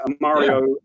mario